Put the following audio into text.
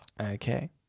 Okay